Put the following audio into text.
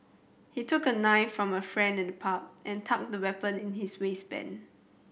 he took a knife from a friend in the pub and tucked the weapon in his waistband